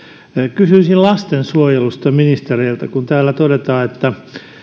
kysyisin lastensuojelusta ministereiltä täällä todetaan että